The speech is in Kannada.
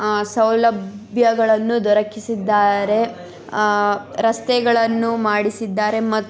ಸೌಲಭ್ಯಗಳನ್ನು ದೊರಕಿಸಿದ್ದಾರೆ ರಸ್ತೆಗಳನ್ನು ಮಾಡಿಸಿದ್ದಾರೆ ಮತ್ತು